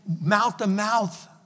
mouth-to-mouth